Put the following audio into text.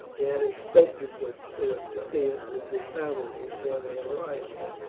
they had expected that suetonius would give battle before they arrived there.